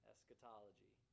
Eschatology